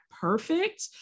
perfect